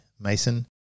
Mason